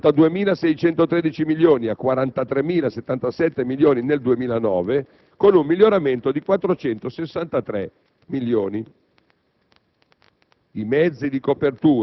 e da 42.613 milioni a 43.077 milioni, nel 2009, con un miglioramento di 463 milioni.